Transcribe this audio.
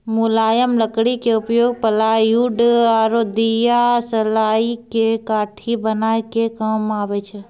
मुलायम लकड़ी के उपयोग प्लायउड आरो दियासलाई के काठी बनाय के काम मॅ आबै छै